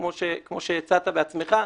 כמו שהצעת בעצמך,